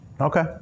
Okay